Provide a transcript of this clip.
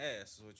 ass